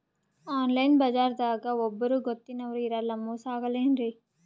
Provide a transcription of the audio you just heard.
Online ಬಜಾರದಾಗ ಒಬ್ಬರೂ ಗೊತ್ತಿನವ್ರು ಇರಲ್ಲ, ಮೋಸ ಅಗಲ್ಲೆನ್ರಿ?